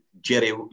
Jerry